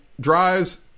drives